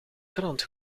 krant